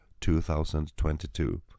2022